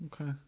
Okay